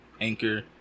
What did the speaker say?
Anchor